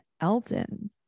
Elton